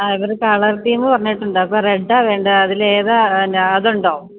ഇവർ colour theme പറഞ്ഞിട്ടുണ്ട് അപ്പോൾ റെഡ് ആണ് വേണ്ടത് അതിൽ ഏതാണ് അതുണ്ടോ